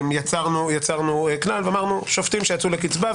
יצרנו כלל ואמרנו: שופטים שיצאו לקצבה,